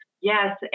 Yes